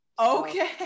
okay